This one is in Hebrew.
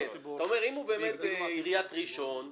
אתה אומר אם באמת זו עירית ראשון לציון,